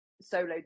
solo